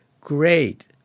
great